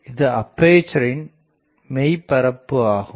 இது அப்பேசரின் மெய் பரப்பு ஆகும்